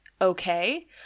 okay